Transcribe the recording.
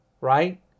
right